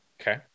Okay